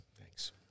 Thanks